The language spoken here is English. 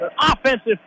offensive